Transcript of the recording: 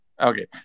Okay